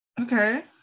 okay